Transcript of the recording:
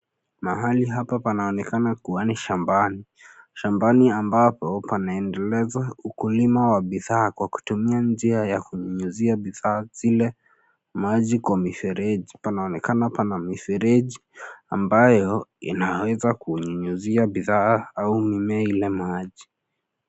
Mahali hapa panaonekana kuwa ni shambani , shambani ambapo panaendeleza ukulima wa bidhaa kwa kutumia njia ya kunyunyuzia bidhaa zile maji kwa mifereji. Panaonekana pana mifereji ambayo inaweza kunyunyuzia bidhaa au mimea ile maji.